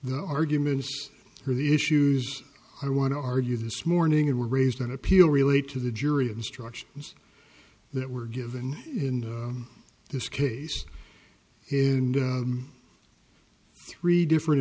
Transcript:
the arguments for the issues i want to argue this morning were raised on appeal relate to the jury instructions that were given in this case is and three different